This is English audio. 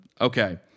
okay